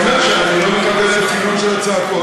אני אומר שאני לא מקבל את הסגנון של הצעקות.